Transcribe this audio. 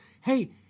Hey